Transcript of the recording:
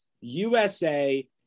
USA